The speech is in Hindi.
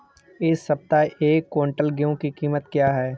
इस सप्ताह एक क्विंटल गेहूँ की कीमत क्या है?